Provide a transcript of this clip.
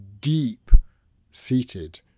deep-seated